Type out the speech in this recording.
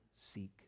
seek